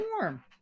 warm